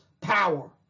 power